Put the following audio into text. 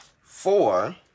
Four